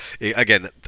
again